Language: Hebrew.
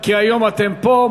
כי היום אתם פה,